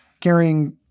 carrying